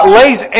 lays